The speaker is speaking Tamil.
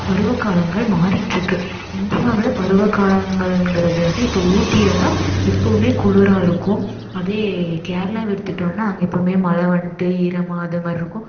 பருவகாலங்கள் மாறிகிட்ருக்கு இந்தியாவில் பருவகாலங்கள்ங்கிறது வந்து இப்போ ஊட்டியில் தான் எப்போவும் குளிராக இருக்கும் அதே கேரளாவை எடுத்துகிட்டோனா அங்கே எப்போவும் மழை வந்துட்டு ஈரமாக அதை மாதிரி இருக்கும்